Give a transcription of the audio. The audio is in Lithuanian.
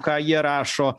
ką jie rašo